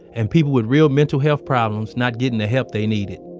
and people would real mental health problems not getting the help they needed.